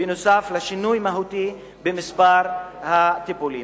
נוסף על שינוי מהותי במספר הטיפולים.